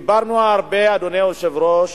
דיברנו הרבה, אדוני היושב-ראש,